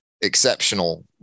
exceptional